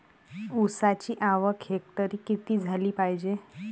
ऊसाची आवक हेक्टरी किती झाली पायजे?